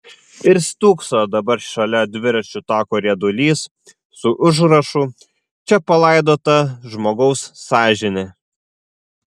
ir stūkso dabar šalia dviračių tako riedulys su užrašu čia palaidota žmogaus sąžinė